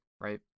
right